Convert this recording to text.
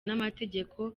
n’amategeko